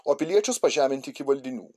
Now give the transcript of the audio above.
o piliečius pažeminti iki valdinių